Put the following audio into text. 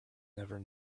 never